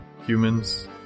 humans